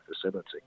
facility